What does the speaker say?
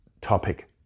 topic